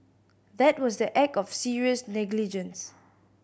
that was the act of serious negligence